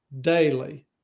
daily